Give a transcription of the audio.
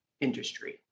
industry